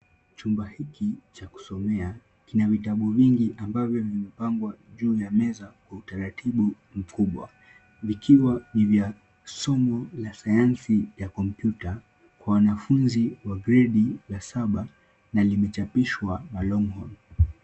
Chumba hiki cha kusomea kina vitabu vingi ambavyo vimepangwa juu ya meza kwa utaratibu mkubwa. Vikiwa ni vya somo la sayansi ya computer , kwa wanafunzi wa gredi ya saba na limechapishwa na Longhorn.